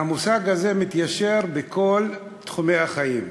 המושג הזה מתיישר בכל תחומי החיים,